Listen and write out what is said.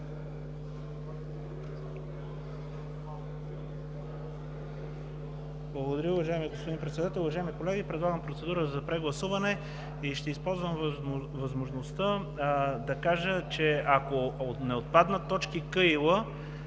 Благодаря Ви, господин Председател. Уважаеми колеги, предлагам процедура за прегласуване. Ще използвам възможността да кажа, че ако не отпаднат точки „к“ и